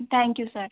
thank you sir